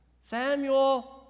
Samuel